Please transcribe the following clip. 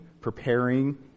preparing